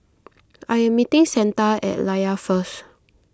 I am meeting Santa at Layar first